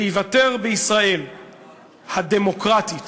וייוותר בישראל הדמוקרטית